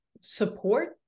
support